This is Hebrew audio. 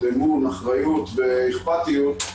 אמון אחריות ואכפתיות,